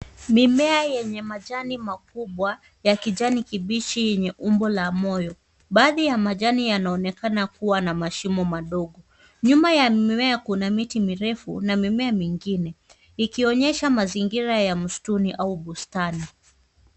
Mimea yenye majani makubwa ya kijani kibichi yenye umbo la moyo. Baadhi ya majani yanaonekana kuwa na mashimo madogo. Nyuma ya mimea kuna miti mirefu na mimea mingine, ikionyesha mazingira ya msituni au bustani.